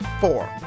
four